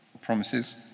promises